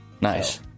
nice